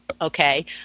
okay